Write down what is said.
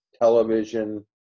television